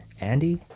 Andy